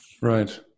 Right